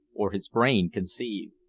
or his brain conceive.